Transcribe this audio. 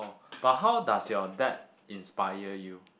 but how does your dad inspire you